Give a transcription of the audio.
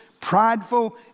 prideful